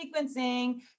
sequencing